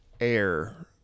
air